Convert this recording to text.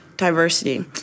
Diversity